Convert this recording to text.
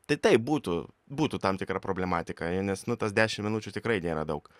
tai taip būtų būtų tam tikra problematika nes nu tas dešim minučių tikrai nėra daug